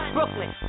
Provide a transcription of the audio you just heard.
Brooklyn